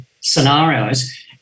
scenarios